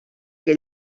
que